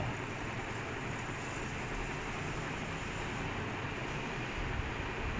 uh ஆனா:aanaa within seventy two hours of sending you the audio